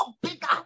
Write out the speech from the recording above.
bigger